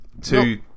two